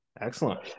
excellent